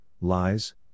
lies